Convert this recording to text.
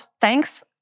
thanks